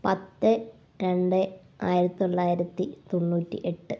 പത്ത് രണ്ട് ആയിരത്തി തൊള്ളായിരത്തി തൊണ്ണൂറ്റി എട്ട്